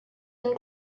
and